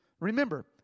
Remember